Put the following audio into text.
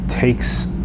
takes